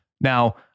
now